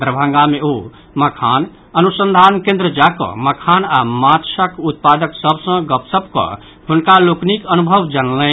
दरभंगा मे ओ मखान अनुसंधान केंद्र जा कऽ मखान आओर माछक उत्पादक सभ सँ गपशप कऽ हुनका लोकनिक अनुभव जनलनि